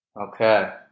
Okay